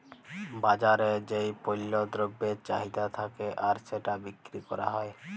বাজারে যেই পল্য দ্রব্যের চাহিদা থাক্যে আর সেটা বিক্রি ক্যরা হ্যয়